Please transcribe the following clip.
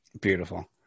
Beautiful